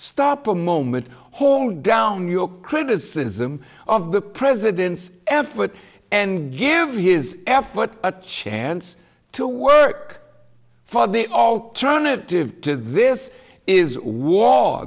stop a moment hold down your criticism of the president's efforts and give his effort a chance to work for the alternative to this is war